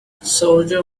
soldier